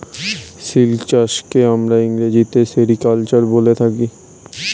silk চাষকে আমরা ইংরেজিতে সেরিকালচার বলে থাকি